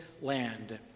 land